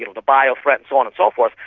you know the bio-threat and so on and so forth,